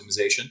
optimization